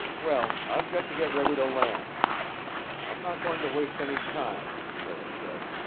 well, i've got to get ready to land i'm not going to waste any time, prale said.